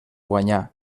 guanyà